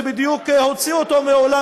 שבדיוק הוציאו אותו מהאולם,